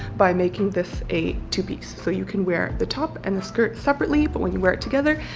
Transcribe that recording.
by making this a two piece. so you can wear the top and the skirt separately, but when you wear it together,